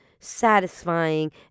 satisfying